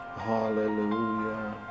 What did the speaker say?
Hallelujah